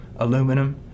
Aluminum